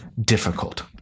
difficult